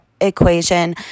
equation